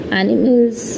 animals